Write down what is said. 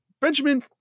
Benjamin